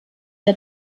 der